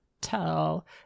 tell